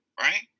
Right